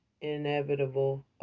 inevitable